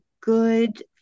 good